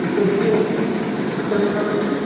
کس کا چاہیے کس کا لیپٹاپ چاہیے